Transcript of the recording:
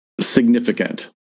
significant